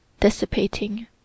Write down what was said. dissipating